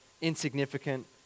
insignificant